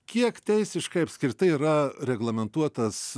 kiek teisiškai apskritai yra reglamentuotas